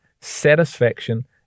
satisfaction